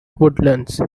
woodlands